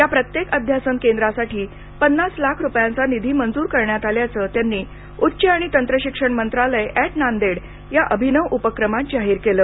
या प्रत्येक अध्यासन केंद्रासाठी पन्नास लाख रुपयांचा निधी मंजूर करण्यात आल्याचं त्यांनी उच्च आणि तंत्र शिक्षण मंत्रालय नांदेड या अभिनव उपक्रमात जाहीर केले